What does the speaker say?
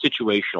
situational